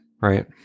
right